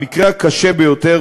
המקרה הקשה ביותר,